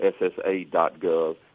ssa.gov